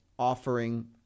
offering